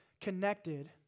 connected